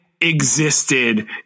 existed